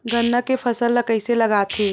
गन्ना के फसल ल कइसे लगाथे?